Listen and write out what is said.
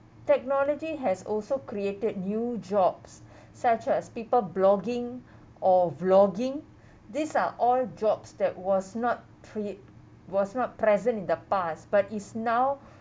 technology has also created new jobs such as people blogging or vlogging these are all jobs that was not crea~ was not present in the past but is now